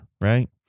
Right